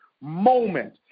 moment